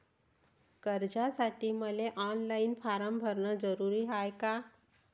कर्जासाठी मले online form भरन जरुरीच हाय का?